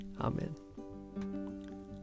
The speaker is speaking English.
Amen